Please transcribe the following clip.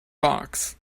box